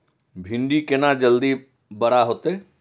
भिंडी केना जल्दी बड़ा होते?